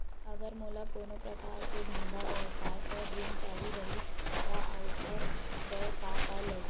अगर मोला कोनो प्रकार के धंधा व्यवसाय पर ऋण चाही रहि त ओखर बर का का लगही?